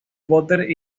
potter